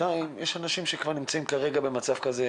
שנית, יש אנשים שנמצאים כרגע במצב כזה